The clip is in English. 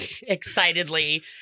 excitedly